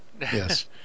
Yes